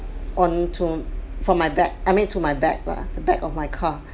onto from my back I mean to my back lah the back of my car